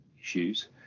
issues